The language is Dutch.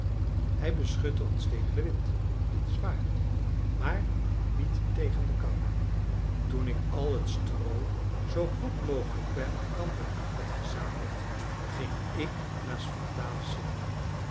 hij beschutte ons tegen den wind dat is waar maar niet tegen de koude toen ik al het stroo zoo goed mogelijk bij elkander had gezameld ging ik naast vitalis zitten